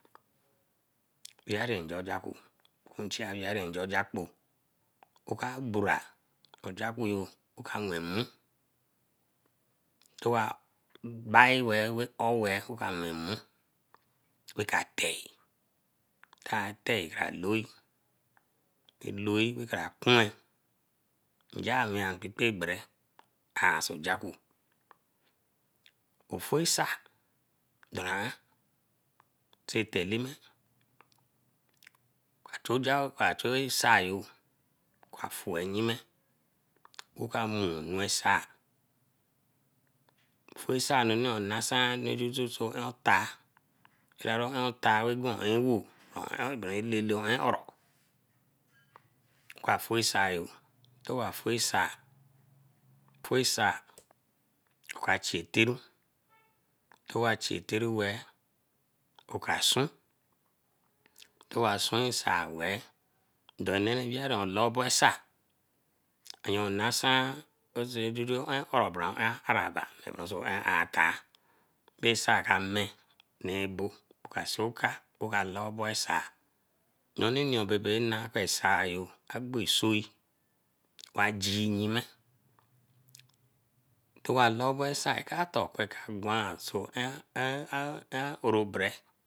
Weeri nja jakpu, okun nchia weeri nja ojakpo, oka bura ojakpu yo oka wen mmu, towa or weeh, oka wen nmu raka teh, kai teh, ka loo, eloo ra kara punwe. Nja wen nkpikpe gbere pass njaku ofesai doran sai eta eleme. Oka chu asai yo, oka fue nyime, oka moo e sai ofu esai nonii nasan or ean otar ra gwan or ear ewo, elele or ean oro. Kwa fue a sai yo towa fu asai, fu asai oka chi ataru, towa chi ataru weeh, oka sunw towa sune asai weeh, ndonee weeri oloobo sai, ayon nasan onsi odido on bere un araba on eh akah bae asai ka meh nebo oka si oka weeh ka loobo asai bebe nah bae sai agbo esoi agee yime. Towa lobe asai eka gwan so ehn ehn orobere.